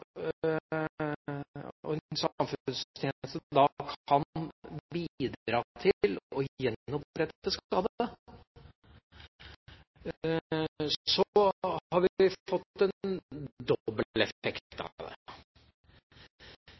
og en samfunnstjeneste kan bidra til å gjenopprette skade, har vi fått en dobbel effekt av det.